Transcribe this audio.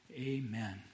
Amen